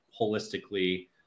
holistically